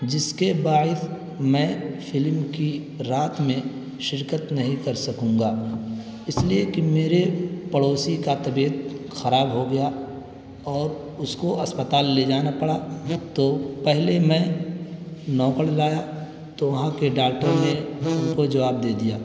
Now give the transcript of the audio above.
جس کے باعث میں فلم کی رات میں شرکت نہیں کر سکوں گا اس لیے کہ میرے پڑوسی کا طبیعت خراب ہو گیا اور اس کو اسپتال لے جانا پڑا تو پہلے میں نوکڑھ لایا تو وہاں کے ڈاکٹر نے ان کو جواب دے دیا